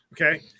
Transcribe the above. okay